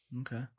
Okay